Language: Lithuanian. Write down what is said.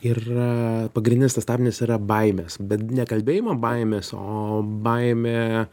yra pagrindinis tas stabdis yra baimės bet ne kalbėjimo baimės o baimė